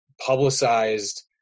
publicized